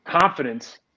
confidence